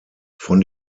von